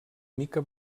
mica